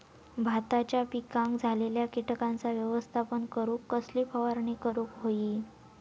भाताच्या पिकांक झालेल्या किटकांचा व्यवस्थापन करूक कसली फवारणी करूक होई?